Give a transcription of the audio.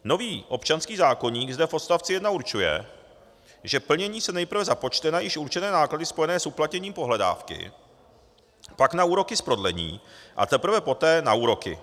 Nový občanský zákoník zde v odstavci 1 určuje, že plnění se nejprve započte na již určené náklady spojené s uplatněním pohledávky, pak na úroky z prodlení a teprve poté na úroky.